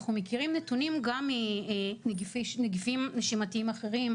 אנחנו מכירים נתונים גם מנגיפים נשימתיים אחרים,